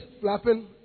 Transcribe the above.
flapping